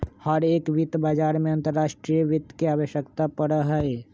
हर एक वित्त बाजार में अंतर्राष्ट्रीय वित्त के आवश्यकता पड़ा हई